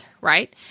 right